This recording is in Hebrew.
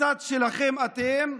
הצד שלכם אתם.